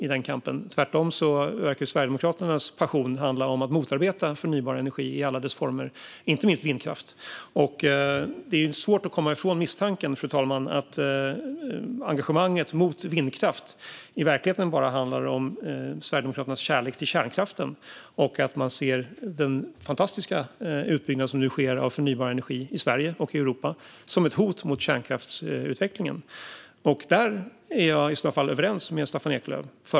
Sverigedemokraternas passion verkar tvärtom handla om att motarbeta förnybar energi i alla dess former, inte minst vindkraft. Det är svårt att komma ifrån misstanken, fru talman, att engagemanget mot vindkraft i verkligheten bara handlar om Sverigedemokraternas kärlek till kärnkraften och att man ser den fantastiska utbyggnad som nu sker av förnybar energi i Sverige och i Europa som ett hot mot kärnkraftsutvecklingen. Där är jag i så fall överens med Staffan Eklöf.